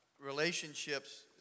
relationships